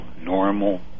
normal